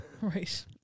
Right